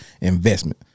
Investment